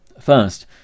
first